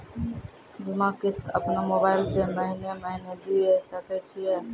बीमा किस्त अपनो मोबाइल से महीने महीने दिए सकय छियै?